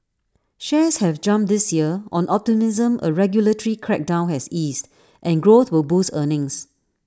shares have jumped this year on optimism A regulatory crackdown has eased and growth will boost earnings